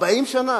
40 שנה.